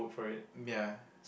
ya